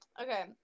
okay